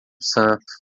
santo